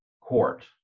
Court